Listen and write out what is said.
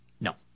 No